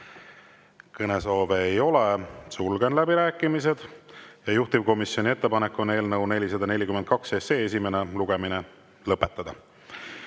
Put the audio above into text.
Kõnesoove ei ole, sulgen läbirääkimised. Juhtivkomisjoni ettepanek on eelnõu 442 esimene lugemine lõpetada.